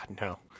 no